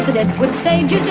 deadwood stage